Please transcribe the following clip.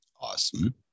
Awesome